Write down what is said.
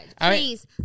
Please